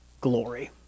glory